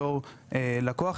בתור לקוח,